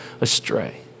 astray